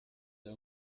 der